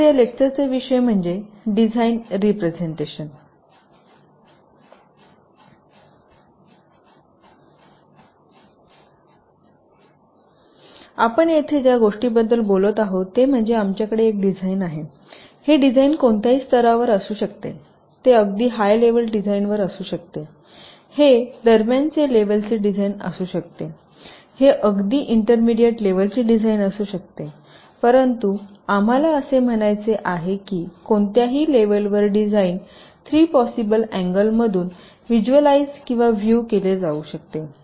तर या लेक्चरचा विषय म्हणजे डिझाईन रिप्रेझेंटेशन आपण येथे ज्या गोष्टींबद्दल बोलत आहोत ते म्हणजे आमच्याकडे एक डिझाइन आहे हे डिझाइन कोणत्याही स्तरावर असू शकते ते अगदी हाय लेवल डिझाइनवर असू शकते हे दरम्यानचे लेवलचे डिझाइन असू शकते हे अगदी इंटरमीडिअट लेवलचे डिझाइन असू शकतेपरंतु आम्हाला असे म्हणायचे आहे की कोणत्याही लेवलवर डिझाइन 3 पॉसिबल अँगलतून व्हिज्वलायज किंवा व्हिव केले जाऊ शकते